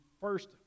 first